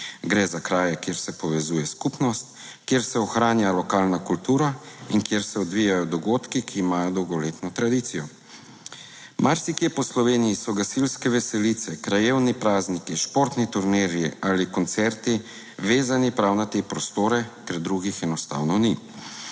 Gre za kraje, kjer se povezuje skupnost, kjer se ohranja lokalna kultura in kjer se odvijajo dogodki, ki imajo dolgoletno tradicijo. Marsikje po Sloveniji so gasilske veselice, krajevni prazniki, športni turnirji ali koncerti vezani prav na te prostore, ker drugih enostavno ni.